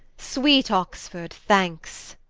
sweet oxford thankes